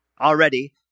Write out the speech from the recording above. already